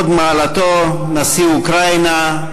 הוד מעלתו נשיא אוקראינה,